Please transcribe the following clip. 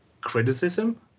criticism